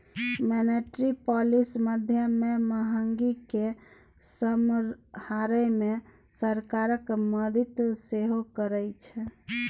monetary policy माध्यमे महगी केँ समहारै मे सरकारक मदति सेहो करै छै